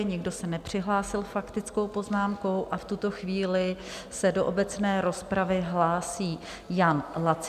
Nikdo se nepřihlásil s faktickou poznámkou a v tuto chvíli se do obecné rozpravy hlásí Jan Lacina.